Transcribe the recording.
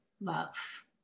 love